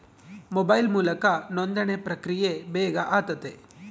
mobile ಮೂಲಕ ನೋಂದಣಿ ಪ್ರಕ್ರಿಯೆ ಬೇಗ ಆತತೆ